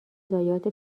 ضایعات